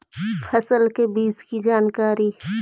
फसल के बीज की जानकारी?